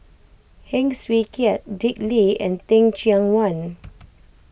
Heng Swee Keat Dick Lee and Teh Cheang Wan